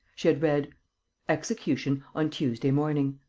she had read execution on tuesday morning.